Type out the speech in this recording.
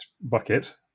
bucket